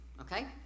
Okay